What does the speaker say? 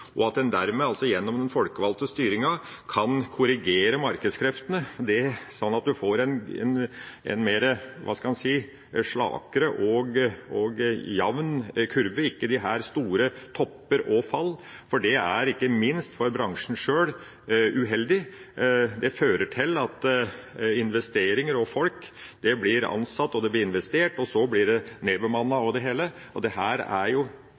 og at en dermed gjennom den folkevalgte styringa kan korrigere markedskreftene sånn at en får en slakere og mer jamn kurve, ikke disse store topper og fall, for det er, ikke minst for bransjen sjøl, uheldig. Når det gjelder investeringer og folk, fører det til at det blir ansatt og det blir investert, og så blir det nedbemannet og det hele. Dette er sjølsagt krevende, men det er